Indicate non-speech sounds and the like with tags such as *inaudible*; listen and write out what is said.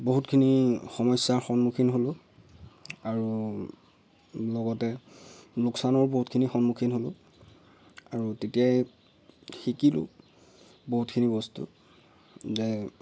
বহুতখিনি সমস্যাৰ সন্মুখীন হ'লোঁ আৰু *unintelligible* লগতে লোকচানৰ বহুতখিনি সন্মুখীন হ'লোঁ আৰু তেতিয়াই শিকিলোঁ বহুতখিনি বস্তু যে